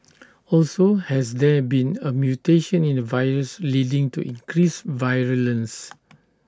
also has there been A mutation in the virus leading to increased virulence